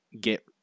get